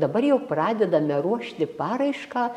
dabar jau pradedame ruošti paraišką